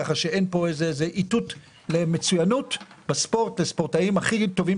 כך שיש פה איתות למצוינות לספורטאים הכי טובים